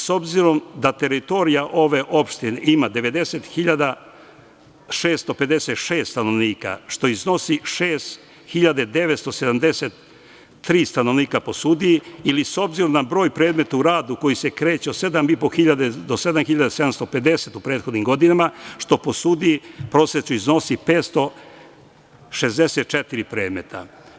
S obzirom da teritorija ove opštine ima 90.656 stanovnika, što iznosi 6.973 stanovnika po sudiji ili s obzirom na broj predmeta u radu koji se kreće od 7.500 do 7.750 u prethodnim godinama, što po sudiji prosečno iznosi 564 predmeta.